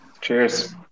Cheers